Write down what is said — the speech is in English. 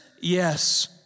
yes